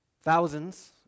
Thousands